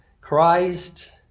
Christ